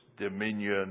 dominion